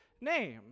name